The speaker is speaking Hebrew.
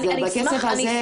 אז בכסף הזה,